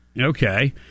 okay